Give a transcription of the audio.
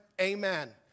amen